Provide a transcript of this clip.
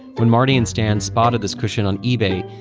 when mardi and stan spotted this cushion on ebay,